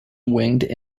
winged